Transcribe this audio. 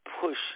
push